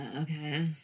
Okay